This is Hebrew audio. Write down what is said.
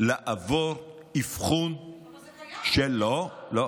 לעבור אבחון שלו, אבל זה קיים.